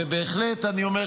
ובהחלט אני אומר,